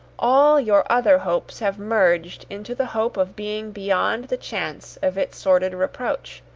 all your other hopes have merged into the hope of being beyond the chance of its sordid reproach.